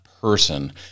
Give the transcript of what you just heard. person